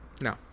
no